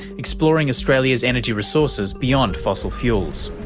exploring australia's energy resources beyond fossil fuels.